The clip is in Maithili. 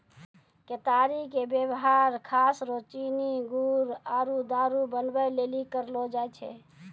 केतारी के वेवहार खास रो चीनी गुड़ आरु दारु बनबै लेली करलो जाय छै